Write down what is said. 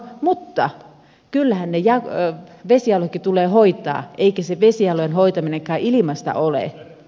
mutta kyllähän ne vesialueetkin tulee hoitaa eikä se vesialueen hoitaminenkaan ilmaista ole